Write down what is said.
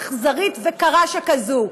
אכזרית וקרה שכזאת.